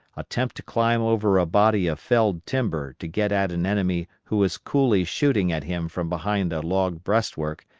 attempt to climb over a body of felled timber to get at an enemy who is coolly shooting at him from behind a log breastwork,